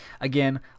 again